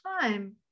time